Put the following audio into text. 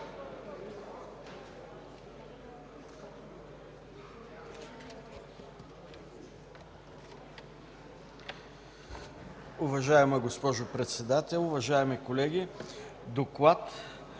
Уважаема госпожо Председател, уважаеми колеги! „ДОКЛАД